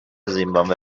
زیمباوه